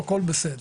הכל בסדר.